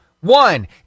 one